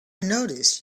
notice